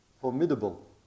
formidable